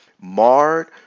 marred